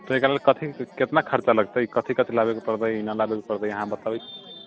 थोड़े काल कथी कतना खरचा लगतै कथी कतेक लाबैके पड़तै अहाँ बताउ